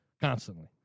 constantly